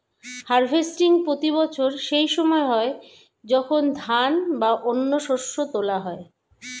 harvesting প্রতি বছর সেই সময় হয় যখন ধান বা অন্য শস্য তোলা হয়